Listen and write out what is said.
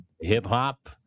hip-hop